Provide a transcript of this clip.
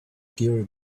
gary